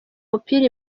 mupira